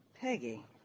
Peggy